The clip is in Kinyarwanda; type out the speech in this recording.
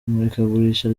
imurikagurisha